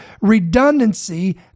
redundancy